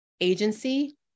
agency